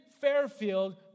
Fairfield